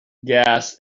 gas